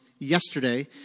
Yesterday